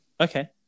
okay